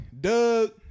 Doug